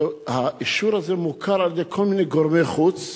והאישור הזה מוכר על-ידי כל מיני גורמי חוץ